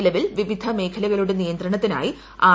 നിലവിൽ വിവിധ മേഖലകളുടെ നിയന്ത്രണത്തിനായി ആർ